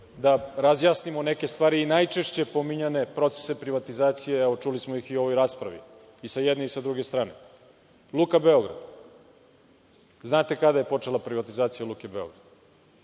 da razjasnimo neke stvari, i najčešće pominjane procese privatizacije, a evo, čuli smo ih i u ovoj raspravi i sa jedne i sa druge strane. Luka Beograd, znate kada je počela privatizacija Luke Beograd,